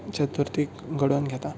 चतुर्थीक घडोवन घेता